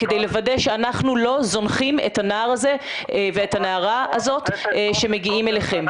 כדי לוודא שאנחנו לא זונחים את הנער ואת הנערה הזאת שמגיעים אליכם.